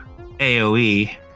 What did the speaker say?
AOE